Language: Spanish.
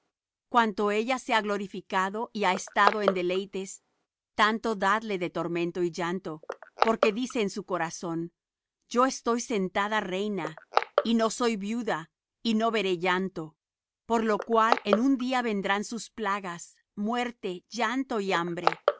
cuanto ella se ha glorificado y ha estado en deleites tanto dadle de tormento y llanto porque dice en su corazón yo estoy sentada reina y no soy viuda y no veré llanto por lo cual en un día vendrán sus plagas muerte llanto y hambre